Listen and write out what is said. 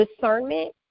discernment